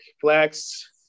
Flex